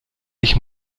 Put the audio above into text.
ich